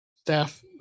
staff